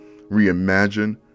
reimagine